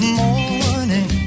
morning